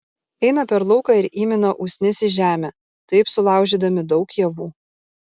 eina per lauką ir įmina usnis į žemę taip sulaužydami daug javų